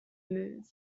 move